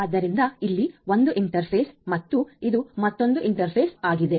ಆದ್ದರಿಂದ ಇಲ್ಲಿ ಒಂದು ಇಂಟರ್ಫೇಸ್ ಮತ್ತು ಇದು ಮತ್ತೊಂದು ಇಂಟರ್ಫೇಸ್ ಆಗಿದೆ